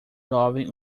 jovem